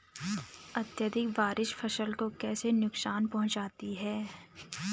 अत्यधिक बारिश फसल को कैसे नुकसान पहुंचाती है?